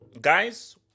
Guys